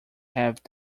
have